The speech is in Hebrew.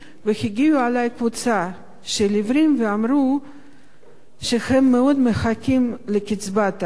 הגיעה אלי קבוצה של עיוורים והם אמרו שהם מאוד מחכים לקצבה הזו,